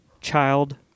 child